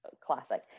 classic